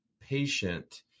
patient